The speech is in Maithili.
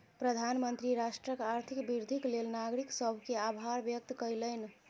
प्रधानमंत्री राष्ट्रक आर्थिक वृद्धिक लेल नागरिक सभ के आभार व्यक्त कयलैन